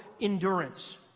endurance